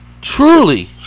truly